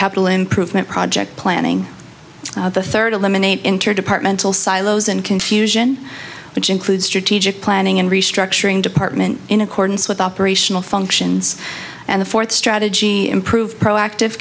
capital improvement project planning the third eliminate interdepartmental silos and confusion which includes strategic planning and restructuring department in accordance with operational functions and the fourth strategy improve proactive